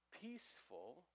peaceful